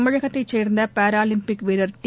தமிழகத்தைச் சேர்ந்த பாராலிம்பிக் வீரர் டி